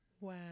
Wow